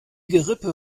gerippe